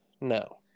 no